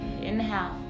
Inhale